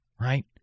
right